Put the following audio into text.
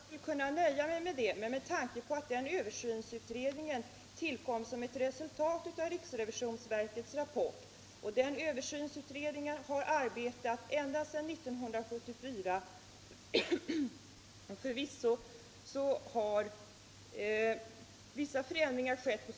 Under de senaste dagarna har stor uppmärksamhet ägnats åt att flera multinationella livsmedelsföretag, bland dem Semper och andra bolag med skiftande svensk anknytning, ägnar sig åt att föra in mjölkersättningsmedel för spädbarn på olika u-landsmarknader.